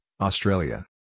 Australia